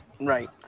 Right